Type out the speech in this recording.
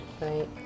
Right